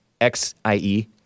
X-I-E